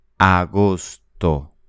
agosto